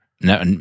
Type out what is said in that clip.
no